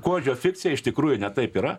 kuodžio fikcija iš tikrųjų ne taip yra